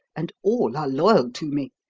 and all are loyal to me.